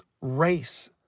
race